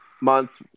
months